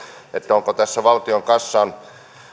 onko tässä valtion kassan